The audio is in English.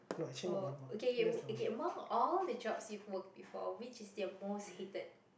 oh okay okay okay among all the jobs you've worked before which is the most hated